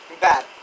bad